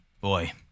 boy